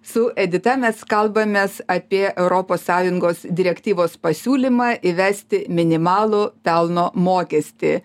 su edita mes kalbamės apie europos sąjungos direktyvos pasiūlymą įvesti minimalų pelno mokestį